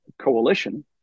coalition